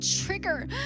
trigger